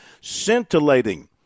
scintillating